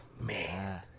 man